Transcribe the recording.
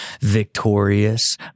Victorious